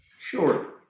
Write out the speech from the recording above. sure